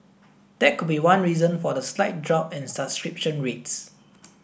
that could be one reason for the slight drop in subscription rates